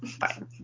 fine